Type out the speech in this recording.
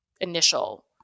initial